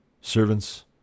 servants